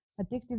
addictive